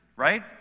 right